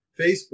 Facebook